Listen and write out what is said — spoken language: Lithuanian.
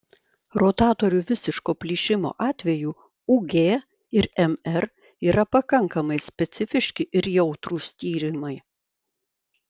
rotatorių visiško plyšimo atveju ug ir mr yra pakankamai specifiški ir jautrūs tyrimai